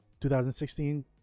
2016